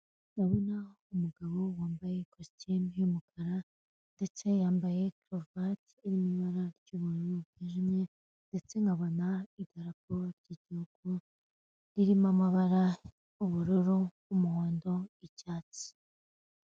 Ndabona umugabo wambaye kositime y'umukara, ndetse yambaye karuvati iri mu ibara ry'ubururu bwijimye, ndetse nkabona idarapo ry'igihugu riri mo amabara: ubururu, umuhondo, icyatsi.